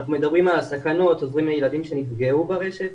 אנחנו מדברים על הסכנות ועוזרים לילדים שנפגעו ברשת,